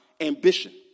ambition